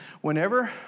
Whenever